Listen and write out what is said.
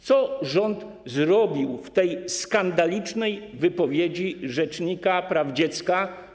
Co rząd zrobił w sprawie tej skandalicznej wypowiedzi rzecznika praw dziecka?